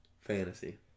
Fantasy